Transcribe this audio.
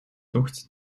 tocht